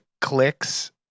clicks